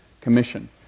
commission